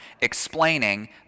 explaining